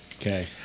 Okay